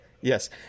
Yes